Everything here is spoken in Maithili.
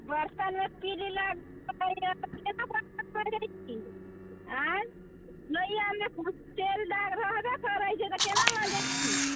बर्तनमे पीरी लागल रहैए केना बर्तन धोइत छी आँय लोहियामे तेलके दाग रहबे करै छै तऽ केना मँजैत छी